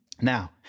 Now